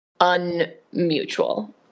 unmutual